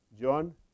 John